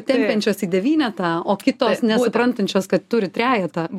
tempiančios į devynetą o kitos nesuprantančios kad turi trejetą būtent